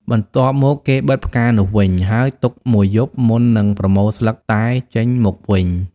បន្ទាប់មកគេបិទផ្កានោះវិញ ហើយទុកមួយយប់មុននឹងប្រមូលស្លឹកតែចេញមកវិញ។